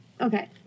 okay